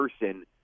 person